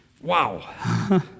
Wow